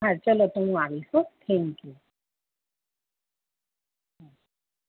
હા ચલો તો હું આવીશ હો થેન્ક યુ હ